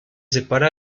separa